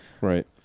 Right